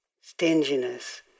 stinginess